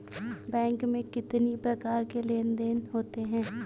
Bank में कितनी प्रकार के लेन देन देन होते हैं?